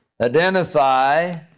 identify